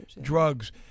drugs